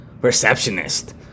receptionist